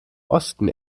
osten